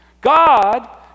God